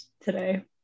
today